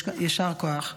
יישר כוח.